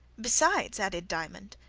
besides, added diamond,